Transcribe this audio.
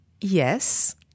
Yes